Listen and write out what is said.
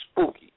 spooky